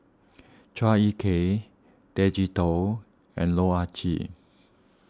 Chua Ek Kay Tay Chee Toh and Loh Ah Chee